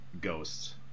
ghosts